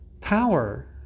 Power